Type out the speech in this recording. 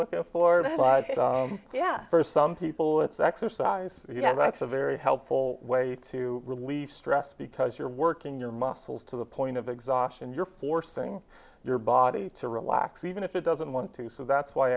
looking for yeah first some people it's exercise you know that's a very helpful way to relieve stress because you're working your muscles to the point of exhaustion you're forcing your body to relax even if it doesn't want to so that's why